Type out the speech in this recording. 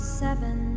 seven